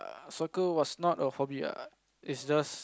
soccer was not a hobby ah is just